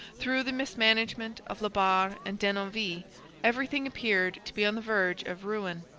through the mismanagement of la barre and denonville everything appeared to be on the verge of ruin.